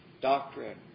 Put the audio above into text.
doctrine